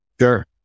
Sure